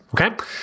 okay